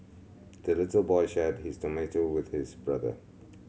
the little boy shared his tomato with his brother